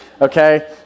okay